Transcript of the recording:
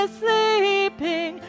sleeping